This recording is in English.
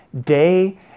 day